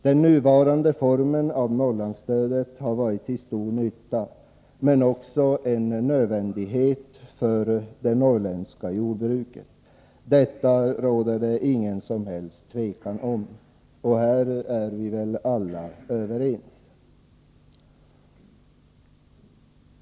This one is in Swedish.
Den nuvarande formen av Norrlandsstödet har varit till stor nytta, men också en nödvändighet för det norrländska jordbruket — detta råder det inget som helst tvivel om, och här är vi väl alla överens.